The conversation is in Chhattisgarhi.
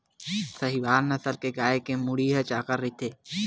साहीवाल नसल के गाय के मुड़ी ह चाकर रहिथे